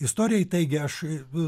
istorijai taigi aš